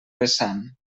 vessant